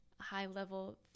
high-level